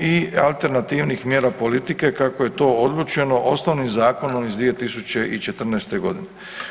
i alternativnih mjera politike kako je to odlučeno osnovnim zakonom iz 2014. godine.